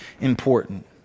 important